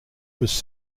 was